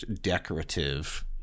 decorative